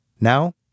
Now